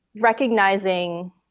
recognizing